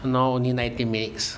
now only nineteen minutes